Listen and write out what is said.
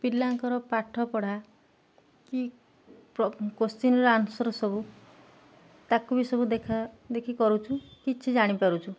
ପିଲାଙ୍କର ପାଠପଢ଼ା କି କୋଶ୍ଚିନର ଆନ୍ସର ସବୁ ତାକୁ ବି ସବୁ ଦେଖା ଦେଖି କରୁଛୁ କିଛି ଜାଣିପାରୁଛୁ